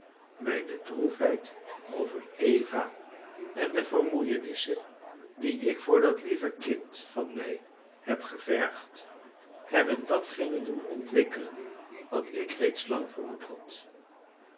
mijne droefheid over eva en de vermoeienissen die ik voor dat lieve kind van mij heb gevergd hebben datgene doen ontwikkelen wat ik reeds lang vermoed had